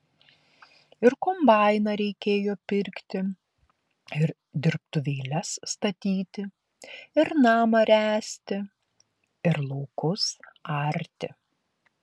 ir kombainą reikėjo pirkti ir dirbtuvėles statyti ir namą ręsti ir laukus arti